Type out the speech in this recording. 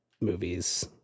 movies